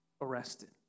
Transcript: arrested